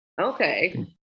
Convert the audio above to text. Okay